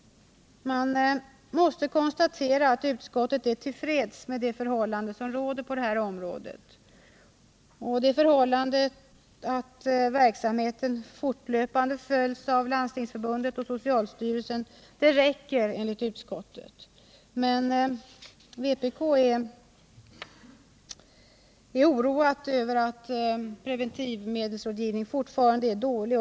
Man måste konstatera att utskottet är till freds med läget på detta område. Det förhållandet att verksamheten fortlöpande följs av Landstingsförbundet och socialstyrelsen räcker enligt utskottet. Men vpk är oroat över att preventivmedelsrådgivningen fortfarande är dålig.